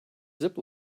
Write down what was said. zip